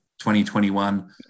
2021